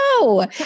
no